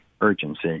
urgency